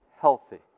healthy